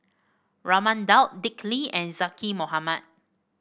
Raman Daud Dick Lee and Zaqy Mohamad